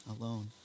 alone